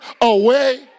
away